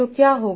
तो क्या होगा